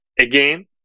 again